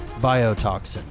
biotoxin